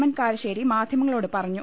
N Karassery മാധ്യമങ്ങളോട് പറഞ്ഞു